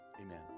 Amen